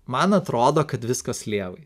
man atrodo kad viskas lievai